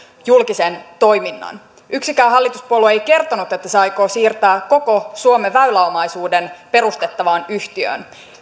julkisen toiminnan yksikään hallituspuolue ei kertonut että aikoo siirtää koko suomen väyläomaisuuden perustettavaan yhtiöön